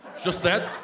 just that?